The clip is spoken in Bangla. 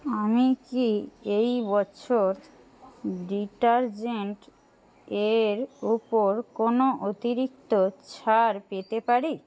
আমি কি এই বছর ডিটারজেন্টের ওপর কোনো অতিরিক্ত ছাড় পেতে পারি